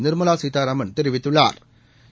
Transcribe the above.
நிா்மலா சீதாராமன் தெரிவித்துள்ளாா்